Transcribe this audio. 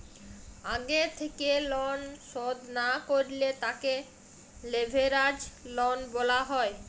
আগে থেক্যে লন শধ না করলে তাকে লেভেরাজ লন বলা হ্যয়